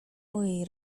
mojej